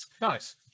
nice